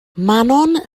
manon